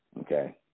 Okay